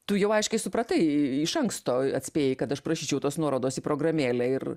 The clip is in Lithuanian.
tu jau aiškiai supratai iš anksto atspėjai kad aš prašyčiau tos nuorodos į programėlę ir